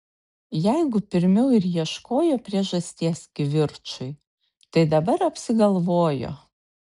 jeigu pirmiau ir ieškojo priežasties kivirčui tai dabar apsigalvojo